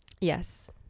Yes